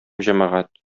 җәмәгать